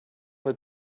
want